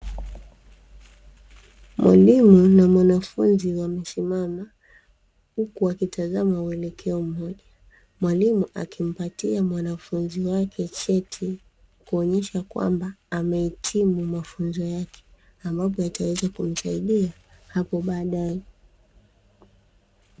Mwalimu na mwanafunzi wamesimama huku wakitazama uelekeo mmoja, mwalimu akimpatia mwanafunzi wake kuonesha kwamba amehitimu mafunzo yake ambapo itaweza kumsaidia hapo baadae.